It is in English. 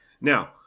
Now